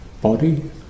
body